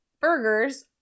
burgers